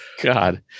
God